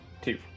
Two